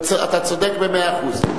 אתה צודק במאה אחוז.